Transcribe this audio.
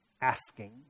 Asking